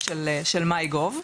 של my gov,